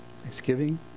thanksgiving